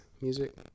music